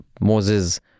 Moses